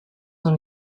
dans